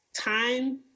time